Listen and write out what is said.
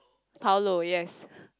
Paulo yes